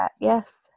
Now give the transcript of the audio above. yes